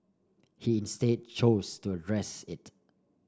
he instead chose to address it